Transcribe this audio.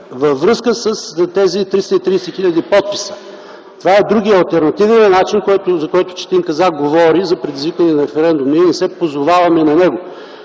във връзка с тези 330 хил. подписа. Това е другият, алтернативният начин, за който Четин Казак говори, за предизвикване на референдум. Ние не се позоваваме на него.